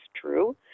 true